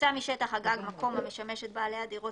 הוקצה משטח הגג מקום המשמש את בעלי הדירות